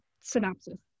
synopsis